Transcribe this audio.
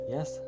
Yes